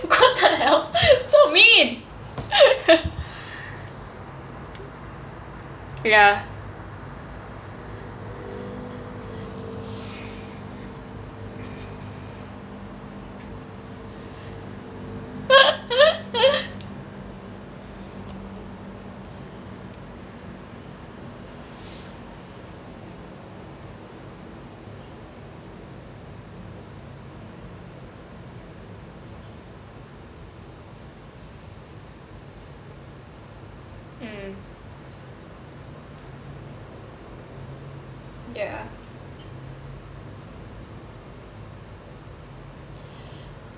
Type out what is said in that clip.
what the hell so mean ya mm ya